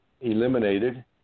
eliminated